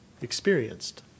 experienced